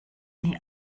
nie